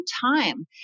time